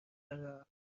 دارم